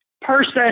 person